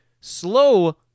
slow